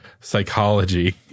psychology